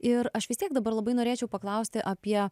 ir aš vis tiek dabar labai norėčiau paklausti apie